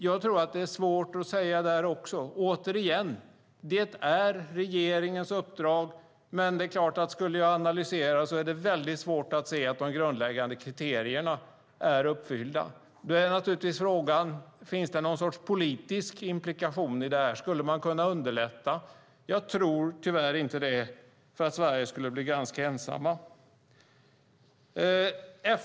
Jag tror att också detta är svårt att säga. Återigen: Detta är regeringens uppdrag. Men det är klart att om vi skulle analysera det hela är det svårt att se att de grundläggande kriterierna är uppfyllda. Frågan är: Finns det någon sorts politisk implikation i detta? Skulle man kunna underlätta? Jag tror tyvärr inte det. Sverige skulle bli ganska ensamt.